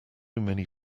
many